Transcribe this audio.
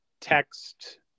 text